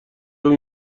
اون